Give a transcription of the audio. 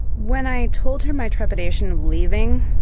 when i told her my trepidation of leaving,